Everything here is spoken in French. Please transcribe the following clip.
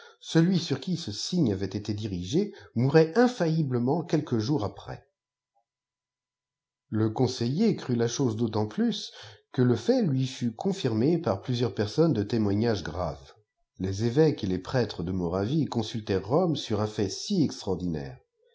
celui sur qui m signé avait été dirigé mourait infaiinblçment quelques jours après le conseiller crut la chose d autiint jius que le fait lui futooi firme par plusieurs personnes de témoignage grave les évèques et les prêtres de moravie consultèrent borne sur un fait si extraordinaire